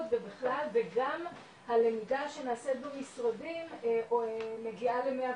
ובכלל וגם הלמידה שנעשית במשרדים מגיעה ל-105,